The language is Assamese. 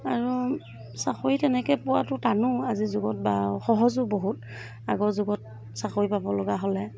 আৰু চাকৰি তেনেকৈ পোৱাটো টানো আজিৰ যুগত বাৰু সহজো বহুত আগৰ যুগত চাকৰি পাব লগা হ'লে